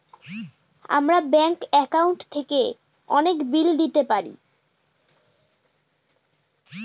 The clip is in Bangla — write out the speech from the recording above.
আমরা ব্যাঙ্ক একাউন্ট থেকে অনেক বিল দিতে পারি